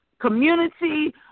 community